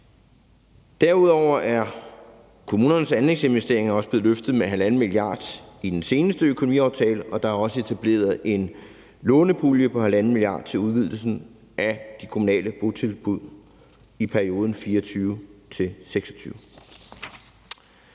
Derudover er kommunernes anlægsinvesteringer også blevet løftet med 1,5 mia. kr. i den seneste økonomiaftale, og der er blevet etableret en lånepulje på 1,5 mia. kr. til udvidelsen af de kommunale botilbud i perioden 2024-2026.